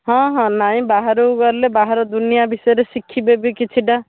ହଁ ହଁ ନାଇଁ ବାହାରକୁ ଗଲେ ବାହାର ଦୁନିଆଁ ବିଷୟରେ ଶିଖିବେ ବି କିଛିଟା